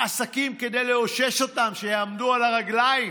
עסקים כדי לאושש אותם, שיעמדו על הרגליים,